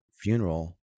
funeral